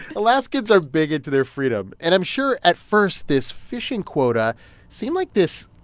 alaskans are big into their freedom. and i'm sure at first this fishing quota seemed like this,